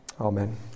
Amen